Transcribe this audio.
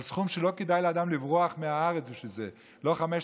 על סכום שלא כדאי לאדם לברוח מהארץ בשבילו,